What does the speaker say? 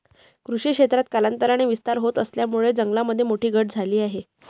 कृषी क्षेत्रात कालांतराने विस्तार होत असल्यामुळे जंगलामध्ये मोठी घट झाली आहे